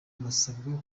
basabwa